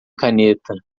caneta